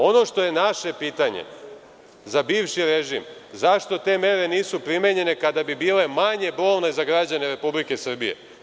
Ono što je naše pitanje za bivši režim, zašto te mere nisu primenjene kada bi bile manje bolne za građane Republike Srbije?